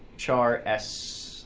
char s,